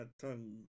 tongue